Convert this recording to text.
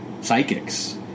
psychics